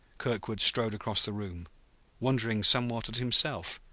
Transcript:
kirkwood strode across the room wondering somewhat at himself,